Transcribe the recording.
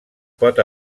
pot